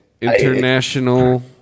International